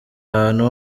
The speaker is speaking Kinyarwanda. ahantu